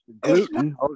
Gluten